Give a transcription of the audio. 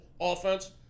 offense